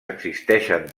existeixen